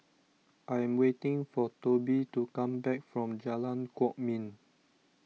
I am waiting for Tobe to come back from Jalan Kwok Min